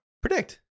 Predict